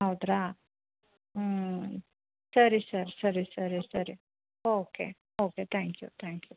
ಹೌದ್ರ ಹ್ಞೂ ಸರಿ ಸರ್ ಸರಿ ಸರಿ ಸರಿ okay okay thank you thank you